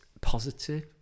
positive